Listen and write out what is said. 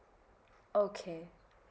okay